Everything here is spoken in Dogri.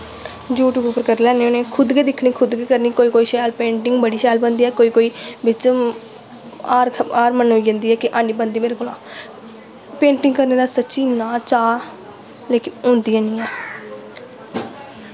यूट्यूब उप्पर करी लैन्नी होन्नी खुद गै दिक्खनी खुद गै करनी कोई कोई शैल पेंटिंग बड़ी शैल बनदी ऐ कोई कोई बिच्च हार हार मनोई जंदी ऐ कि हैनी बनदी मेरे कोला पेंटिंग करने दा सच्ची इन्ना चाऽ लेकिन होंदी हैनी ऐ